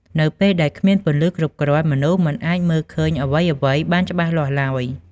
នៅពេលដែលគ្មានពន្លឺគ្រប់គ្រាន់ មនុស្សមិនអាចមើលឃើញអ្វីៗបានច្បាស់លាស់ឡើយ ។